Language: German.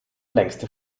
längste